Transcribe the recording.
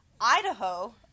Idaho